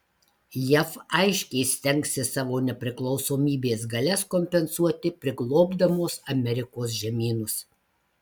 jav aiškiai stengsis savo nepriklausomybės galias kompensuoti priglobdamos amerikos žemynus